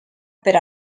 per